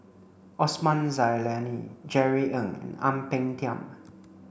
Osman Zailani Jerry Ng and Ang Peng Tiam